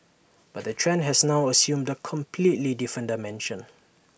but the trend has now assumed A completely different dimension